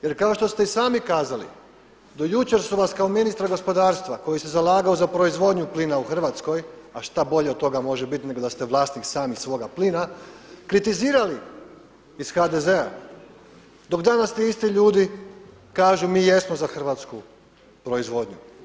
Jer kao što ste i sami kazali do jučer su vas kao ministra gospodarstva koji se zalagao za proizvodnju plina u Hrvatskoj, a šta bolje od toga može biti nego da ste vlasnik sami svoga plina kritizirali iz HDZ-a dok danas ti isti ljudi kažu mi jesmo za hrvatsku proizvodnju.